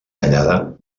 tallada